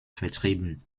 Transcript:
vertrieben